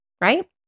right